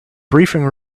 briefing